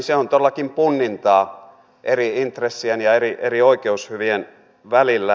se on todellakin punnintaa eri intressien ja eri oikeushyvien välillä